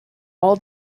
all